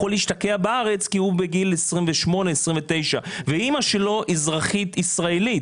להשתקע בארץ כי הוא בגיל 28 29 ואימא שלו אזרחית ישראלית,